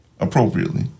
Appropriately